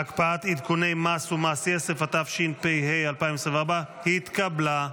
(הקפאת עדכוני מס ומס יסף), התשפ"ה 2024, נתקבלה.